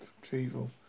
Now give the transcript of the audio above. retrieval